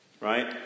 Right